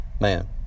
man